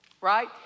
Right